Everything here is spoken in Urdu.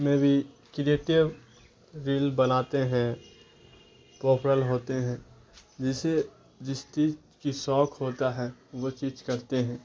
میں بھی کریٹیو ریل بناتے ہیں پوپرل ہوتے ہیں جسے جس چیز کی شوق ہوتا ہے وہ چیز کرتے ہیں